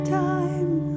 time